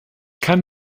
kann